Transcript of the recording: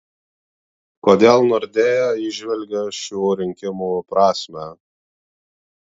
kodėl nordea įžvelgia šių rinkimų prasmę